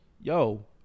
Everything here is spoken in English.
Yo